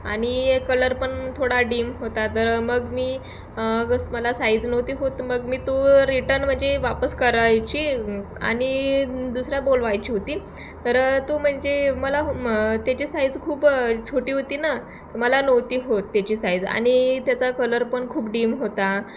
आणि कलर पण थोडा डीम होता तर मग मी स मला साईज नव्हती होत मग मी तू रिटर्न म्हणजे वापस करायची आणि दुसरा बोलवायची होती तर तू म्हणजे मला म त्याची साईज खूप छोटी होती ना मला नव्हती होत त्याची साईज आणि त्याचा कलर पण खूप डीम होता